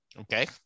okay